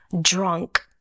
drunk